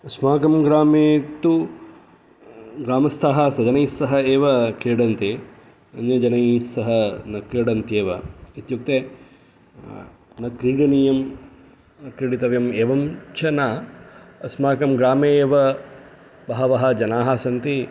अस्माकं ग्रामे तु ग्रामस्थः स्वजनैस्सह एव क्रीडन्ति अन्यजनैस्सह न क्रीडन्त्येव इत्युक्ते न क्रीडनीयं क्रीडितव्यम् एवञ्चन अस्माकं ग्रामे एव बहवः जनाः सन्ति